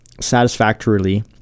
satisfactorily